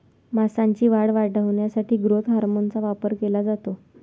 मांसाची वाढ वाढवण्यासाठी ग्रोथ हार्मोनचा वापर केला जातो